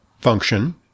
function